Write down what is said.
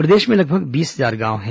प्रदेश में लगभग बीस हजार गांव हैं